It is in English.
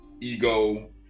Ego